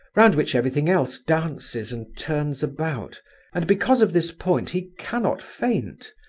round which everything else dances and turns about and because of this point he cannot faint,